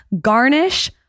garnish